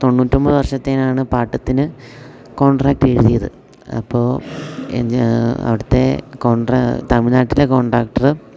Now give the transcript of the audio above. തൊണ്ണൂറ്റി ഒൻപത് വർഷത്തേനാണ് പാട്ടത്തിന് കോൺട്രാക്ടെഴുതിയത് അപ്പോൾ എന്നാ അവിടുത്തെ കോൺട്രാ തമിഴ്നാട്ടിലെ കോൺടാക്ട്രറ്